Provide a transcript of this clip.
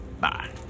Bye